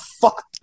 fuck